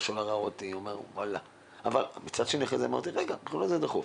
אמרתי שאכן בשבילו זה דחוף.